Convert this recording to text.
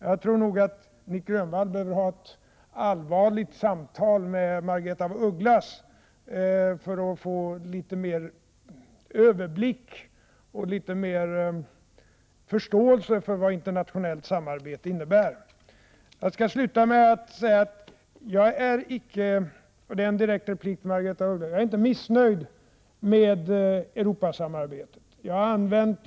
Jag tror Nic Grönvall behöver ha ett allvarligt samtal med Margaretha af Ugglas för att få litet mer överblick och litet mer förståelse för vad internationellt innebär. Jag skall sluta med att säga — som en direkt replik till Margaretha af Ugglas —att jag inte är missnöjd med Europasamarbetet.